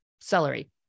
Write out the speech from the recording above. celery